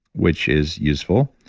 which is useful,